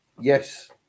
Yes